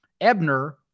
ebner